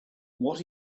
what